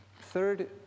Third